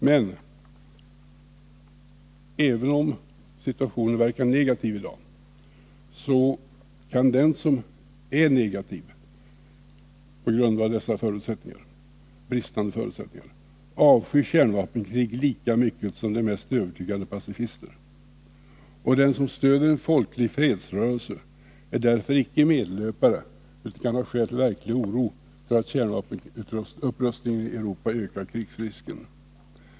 Men även om bilden verkar negativ kan den som konstaterar detta, på grund av dessa bristande förutsättningar, avsky kärnvapenkrig lika mycket som de mest övertygade pacifister, och den som stöder en folklig fredsrörelse är därför icke medlöpare, utan kan ha skäl för verklig oro för att kärnvapenkapprustningen i Europa ökar krigsrisken.